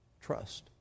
trust